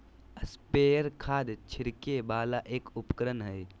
sprayer खाद छिड़के वाला एक उपकरण हय